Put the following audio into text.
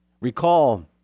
Recall